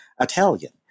Italian